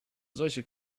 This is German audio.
solche